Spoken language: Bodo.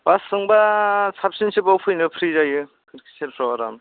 बासजोंबा फैनो साबसिनसोबाव फैनो फ्रि जायो खोरखि सेरफ्राव आराम